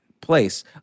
place